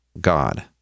God